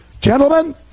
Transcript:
Gentlemen